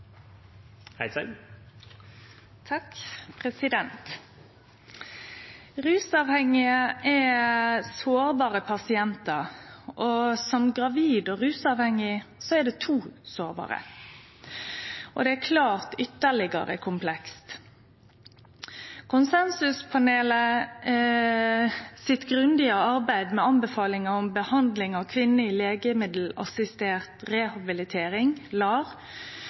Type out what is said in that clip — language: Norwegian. i livet. Rusavhengige er sårbare pasientar. Når ein er gravid og rusavhengig, er det to sårbare pasientar, og det er klart ytterlegare komplekst. Konsensuspanelet sitt grundige arbeid med anbefalingar om behandling av kvinner i legemiddelassistert rehabilitering, LAR,